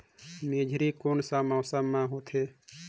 मेझरी कोन सा मौसम मां होथे?